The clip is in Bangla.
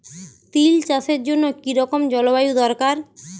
তিল চাষের জন্য কি রকম জলবায়ু দরকার?